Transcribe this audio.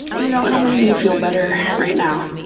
you know it will make me feel better right now.